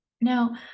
Now